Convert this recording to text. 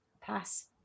Pass